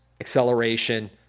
acceleration